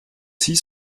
six